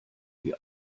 die